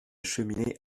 cheminée